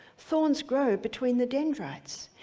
thorns grow between the dendrites.